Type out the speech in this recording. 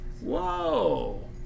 Whoa